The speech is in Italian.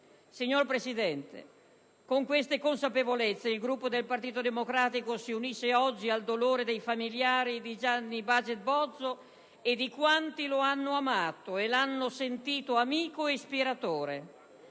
Signor Presidente, con queste consapevolezze il Gruppo del Partito Democratico si unisce oggi al dolore dei familiari di Gianni Baget Bozzo e di quanti lo hanno amato e sentito amico e ispiratore.